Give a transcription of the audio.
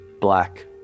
black